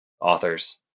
authors